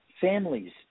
families